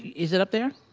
is it up there?